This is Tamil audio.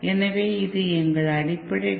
எனவே இது எங்கள் அடிப்படை டி